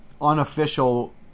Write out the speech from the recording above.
unofficial